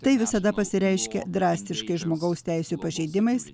tai visada pasireiškia drastiškais žmogaus teisių pažeidimais